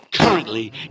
Currently